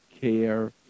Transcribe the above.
care